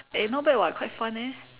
eh not bad [what] quite fun eh